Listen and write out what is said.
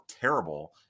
terrible